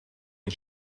این